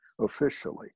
officially